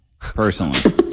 personally